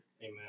Amen